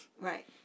Right